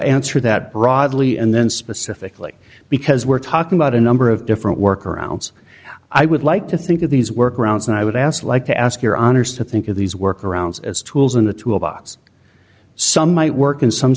answer that broadly and then specifically because we're talking about a number of different workarounds i would like to think of these workarounds and i would ask like to ask your honour's to think of these workarounds as tools in the tool box some might work in some